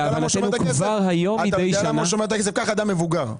קח אדם מבוגר.